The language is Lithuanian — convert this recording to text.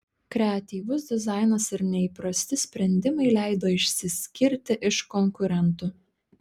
kreatyvus dizainas ir neįprasti sprendimai leido išsiskirti iš konkurentų